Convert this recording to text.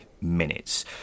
minutes